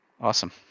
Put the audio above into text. Awesome